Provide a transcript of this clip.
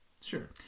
Sure